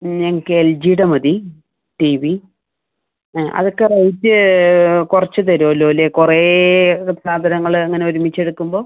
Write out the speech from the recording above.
ഞങ്ങൾക്ക് എൽജീടെ മതി ടിവി അതൊക്കെ റേറ്റ് കുറച്ച് തരും അല്ലോ അല്ലേ കുറെ സാധനങ്ങൾ അങ്ങനെ ഒരുമിച്ച് എടുക്കുമ്പോൾ